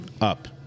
up